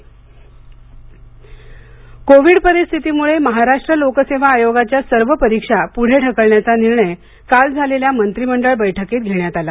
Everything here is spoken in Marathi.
महाराष्ट्र मंत्रिमंडळ निर्णय कोविड परिस्थितीमुळे महाराष्ट्र लोकसेवा आयोगाच्या सर्व परीक्षा पुढे ढकलण्याचा निर्णय काल झालेल्या मंत्रिमंडळ बैठकीत घेण्यात आला